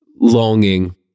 longing